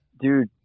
dude